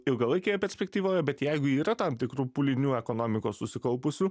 ilgalaikėje perspektyvoje bet jeigu yra tam tikrų pūlinių ekonomikos susikaupusių